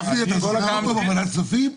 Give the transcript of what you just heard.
גפני, אתה זוכר אותו בוועדת כספים?